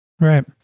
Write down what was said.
Right